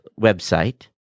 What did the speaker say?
website